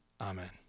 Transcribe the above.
Amen